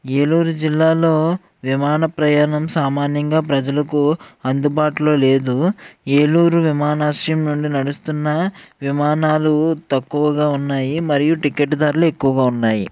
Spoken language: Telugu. ఏలూరు జిల్లాలో విమాన ప్రయాణం సామాన్యంగా ప్రజలకు అందుబాటులో లేదు ఏలూరు విమానాశ్రయం నుండి నడుస్తున్న విమానాలు తక్కువగా ఉన్నాయి మరియు టికెట్ ధరలు ఎక్కువగా ఉన్నాయి